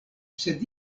sed